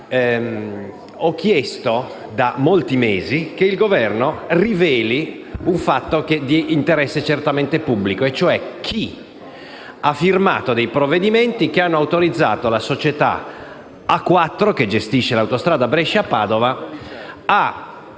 ho chiesto da molti mesi che il Governo riveli un fatto che è di interesse certamente pubblico: chi ha firmato i provvedimenti che hanno autorizzato la società A4, che gestisce l'autostrada Brescia-Padova, a